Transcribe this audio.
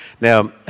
Now